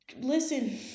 listen